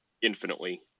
infinitely